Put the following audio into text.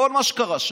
על כל מה שקרה שם.